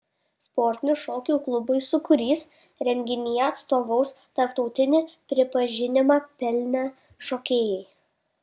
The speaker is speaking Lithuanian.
sportinių šokių klubui sūkurys renginyje atstovaus tarptautinį pripažinimą pelnę šokėjai